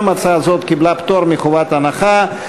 גם הצעה זו קיבלה פטור מחובת הנחה.